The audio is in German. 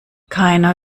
keiner